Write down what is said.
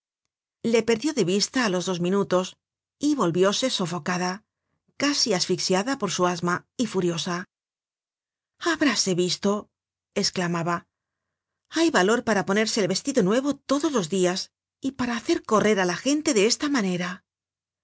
le perdió de vista á los dos minutos y volvióse sofocada casi asfixiada por su asma y furiosa habráse visto esclamaba hay valor para ponerse el vestido nuevo todos los dias y para hacer correr á la gente de esta manera